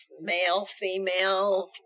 male-female